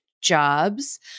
jobs